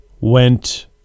went